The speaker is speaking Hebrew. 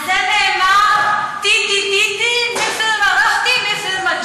על זה נאמר: "תיתי תיתי, מת'ל מא רוחתי ג'יתי".